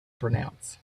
pronounce